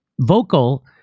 vocal